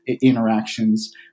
interactions